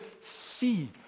see